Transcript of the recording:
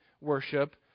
worship